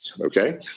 Okay